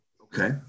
Okay